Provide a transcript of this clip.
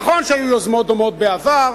נכון שהיו יוזמות דומות בעבר,